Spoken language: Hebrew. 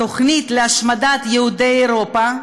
התוכנית להשמדת יהודי אירופה,